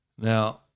Now